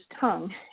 tongue